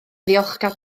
ddiolchgar